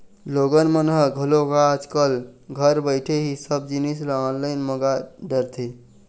लोगन मन ह घलोक आज कल घर बइठे ही सब जिनिस ल ऑनलाईन मंगा डरथे